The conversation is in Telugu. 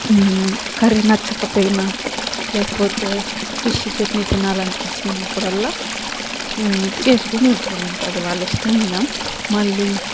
కర్రీ నచ్చకపోయినా లేకపోతే ఫిష్ చట్నీ తినాలనిపించినప్పుడల్లా ఉత్తిగ వేసుకుని తింటారు అనమాట అది వాళ్ళ ఇష్టం ఇంక మళ్ళీ